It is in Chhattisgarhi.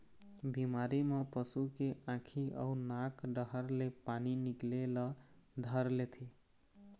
बिमारी म पशु के आँखी अउ नाक डहर ले पानी निकले ल धर लेथे